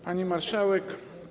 Pani Marszałek!